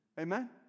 Amen